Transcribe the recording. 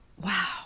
wow